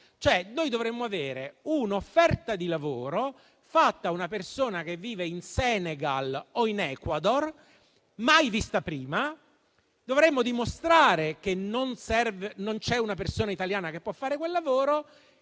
dovremmo avere un'offerta di lavoro fatta a una persona che vive in Senegal o Ecuador mai vista prima e dimostrare che non c'è una persona italiana che può fare quel lavoro. Mandiamo quindi il permesso di lavoro